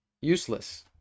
Useless